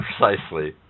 Precisely